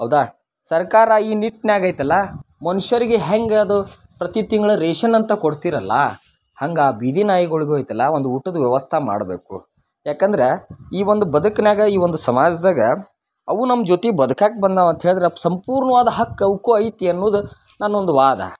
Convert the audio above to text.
ಹೌದಾ ಸರಕಾರ ಈ ನಿಟ್ನ್ಯಾಗ ಐತಲ್ಲ ಮನುಷ್ಯರಿಗೆ ಹೆಂಗೆ ಅದು ಪ್ರತಿ ತಿಂಗ್ಳು ರೇಷನ್ ಅಂತ ಕೊಡ್ತೀರಲ್ಲ ಹಂಗೆ ಆ ಬೀದಿ ನಾಯಿಗಳಿಗೂ ಐತಲ್ಲ ಒಂದು ಊಟದ ವ್ಯವಸ್ಥೆ ಮಾಡಬೇಕು ಯಾಕಂದ್ರೆ ಈ ಒಂದು ಬದುಕ್ನಾಗ ಈ ಒಂದು ಸಮಾಜದಾಗ ಅವು ನಮ್ಮ ಜೊತೆ ಬದುಕೋಕೆ ಬಂದಾವ ಅಂಥೇಳಿದ್ರೆ ಸಂಪೂರ್ಣವಾದ ಹಕ್ಕು ಅವಕ್ಕು ಐತಿ ಅನ್ನೋದು ನನ್ನ ಒಂದು ವಾದ